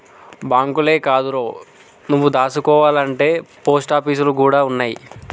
బాంకులే కాదురో, నువ్వు దాసుకోవాల్నంటే పోస్టాపీసులు గూడ ఉన్నయ్